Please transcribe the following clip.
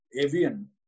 avian